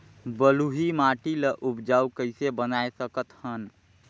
बलुही माटी ल उपजाऊ कइसे बनाय सकत हन?